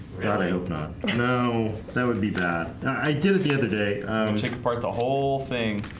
god i hope not no, that would be bad. i do the other day take apart the whole thing